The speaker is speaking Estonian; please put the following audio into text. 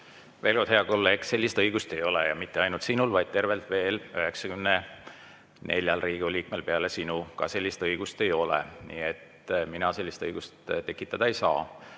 Veel kord, hea kolleeg, sellist õigust ei ole. Ja mitte ainult sinul, vaid tervelt veel 94 Riigikogu liikmel sellist õigust ei ole. Ja mina sellist õigust tekitada ei saa.